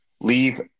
leave